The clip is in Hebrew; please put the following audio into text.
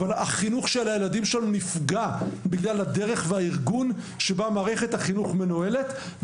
החינוך של הילדים שלנו נפגע בגלל הדרך והארגון שבה מערכת החינוך מנוהלת.